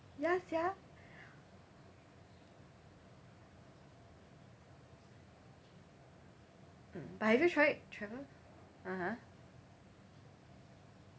ya sia mm but have you tried travel (uh huh)